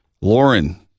Lauren